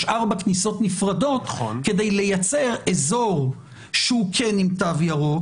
ארבע כניסות נפרדות כדי לייצר אזור שהוא כן עם תו ירוק,